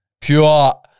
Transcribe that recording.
pure